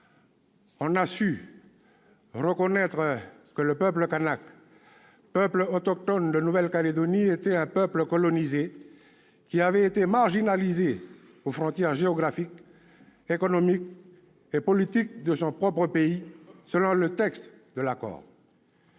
On a su reconnaître que le peuple kanak, peuple autochtone de Nouvelle-Calédonie était un peuple colonisé, qui avait été marginalisé aux frontières géographiques, économiques et politiques de son propre pays, selon le texte de l'accord.